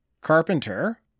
Carpenter